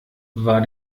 war